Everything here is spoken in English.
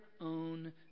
own